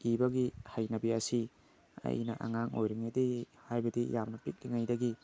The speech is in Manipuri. ꯏꯕꯒꯤ ꯍꯩꯅꯕ ꯑꯁꯤ ꯑꯩꯅ ꯑꯉꯥꯡ ꯑꯣꯏꯔꯤꯉꯩꯗꯒꯤ ꯍꯥꯏꯕꯗꯤ ꯌꯥꯝꯅ ꯄꯤꯛꯂꯤꯉꯩꯗꯒꯤ